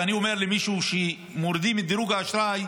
ואני אומר למישהו שמורידים את דירוג האשראי,